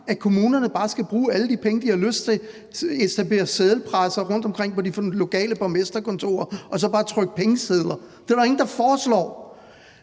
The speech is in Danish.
at kommunerne bare skal bruge alle de penge, de har lyst til, og at der skal etableres seddelpresser rundt omkring på de lokale borgmesterkontorer, så man bare kan trykke pengesedler. Det er der ingen der foreslår.